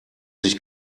sich